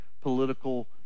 political